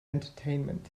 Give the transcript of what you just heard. entertainment